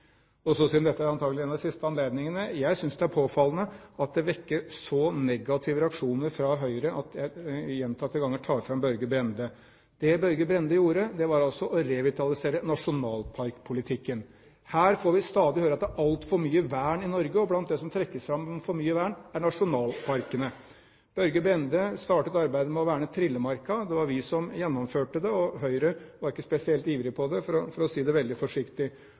vekker så negative reaksjoner fra Høyre at jeg gjentatte ganger tar fram Børge Brende. Det Børge Brende gjorde, var altså å revitalisere nasjonalparkpolitikken. Her får vi stadig høre at det er altfor mye vern i Norge, og blant det som trekkes fram når det gjelder for mye vern, er nasjonalparkene. Børge Brende startet arbeidet med å verne Trillemarka. Det var vi som gjennomførte det, og Høyre var ikke spesielt ivrige på det, for å si det veldig forsiktig.